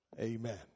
Amen